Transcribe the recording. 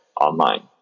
online